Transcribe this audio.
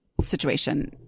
situation